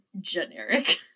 generic